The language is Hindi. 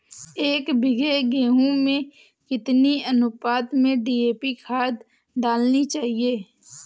एक बीघे गेहूँ में कितनी अनुपात में डी.ए.पी खाद डालनी चाहिए?